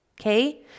Okay